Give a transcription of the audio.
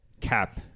cap